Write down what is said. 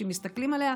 כשמסתכלים עליה.